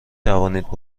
توانید